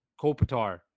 Kopitar